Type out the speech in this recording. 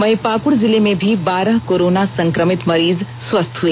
वहीं पाकड़ जिले में भी बारह कोरोना संक्रमित मरीज स्वस्थ हए